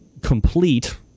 complete